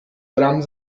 bram